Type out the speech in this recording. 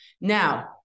now